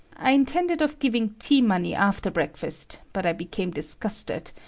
i intended of giving tea money after breakfast, but i became disgusted,